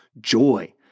joy